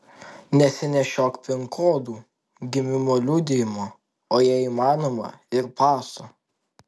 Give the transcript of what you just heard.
nesinešiok pin kodų gimimo liudijimo o jei įmanoma ir paso